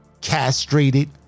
castrated